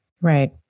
Right